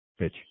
Bitch